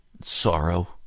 sorrow